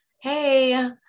Hey